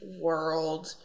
world